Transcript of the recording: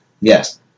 Yes